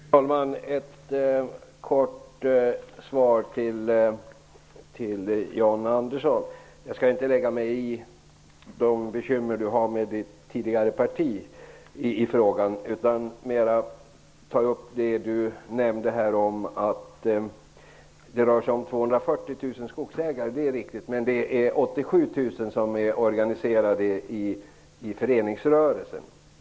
Fru talman! Jag vill lämna ett kort svar till John Andersson. Jag skall inte lägga mig i de bekymmer han har med sitt tidigare parti i frågan, utan ta upp det han nämnde om att det rör sig om 240 000 skogsägare. Det är riktigt, men det är 87 000 som är organiserade i föreningsrörelsen.